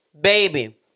Baby